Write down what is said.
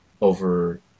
over